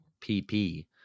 PP